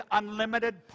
unlimited